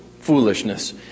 foolishness